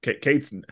Kate's